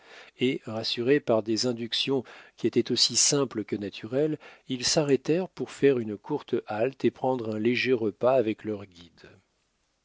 et rassurés par des inductions qui étaient aussi simples que naturelles ils s'arrêtèrent pour faire une courte halte et prendre un léger repas avec leurs guides